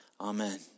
Amen